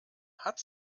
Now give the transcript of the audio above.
hat